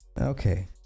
Okay